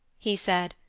he said,